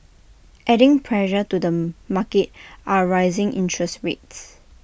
adding pressure to the market are rising interest rates